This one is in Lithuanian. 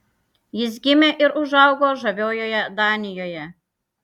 jis gimė ir užaugo žaviojoje danijoje